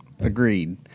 Agreed